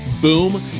boom